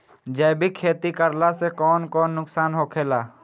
जैविक खेती करला से कौन कौन नुकसान होखेला?